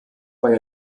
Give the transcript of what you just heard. bei